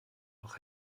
noch